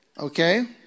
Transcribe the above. Okay